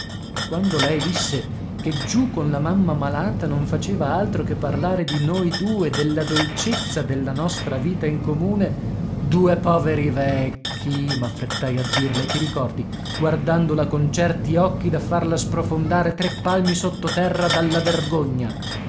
e quando lei disse che giù con la mamma malata non faceva altro che parlare di noi due della dolcezza della nostra vita in comune due poveri vecchi m'affrettai a dirle ti ricordi guardandola con certi occhi da farla sprofondare tre palmi sottoterra dalla vergogna